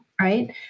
right